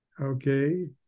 Okay